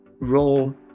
role